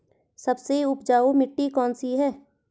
सबसे उपजाऊ मिट्टी कौन सी है?